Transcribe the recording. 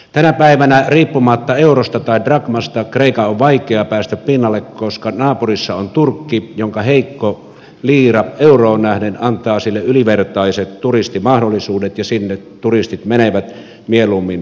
tänä päivänä riippumatta eurosta tai drakmasta kreikan on vaikea päästä pinnalle koska naapurissa on turkki jonka heikko liira euroon nähden antaa sille ylivertaiset turistimahdollisuudet ja sinne turistit menevät mieluummin kuin kreikkaan